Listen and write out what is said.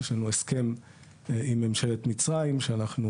יש לנו הסכם עם ממשלת מצרים שאנחנו